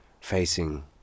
facing